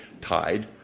tied